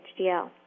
HDL